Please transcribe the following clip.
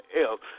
else